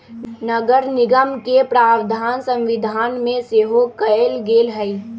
नगरनिगम के प्रावधान संविधान में सेहो कयल गेल हई